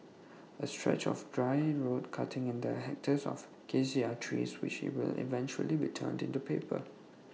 A stretch of dry road cutting in the hectares of Acacia trees which will eventually be turned into paper